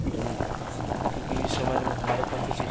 जो क्योंकि उस ज़माने में हमारे पास ऐसी चीज़